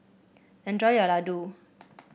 enjoy your Ladoo